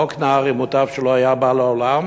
חוק נהרי מוטב שלא היה בא לעולם,